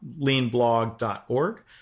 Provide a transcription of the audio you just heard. leanblog.org